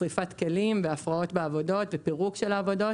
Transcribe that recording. שריפת כלים והפרעות בעבודות ופירוק של העבודות.